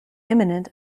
imminent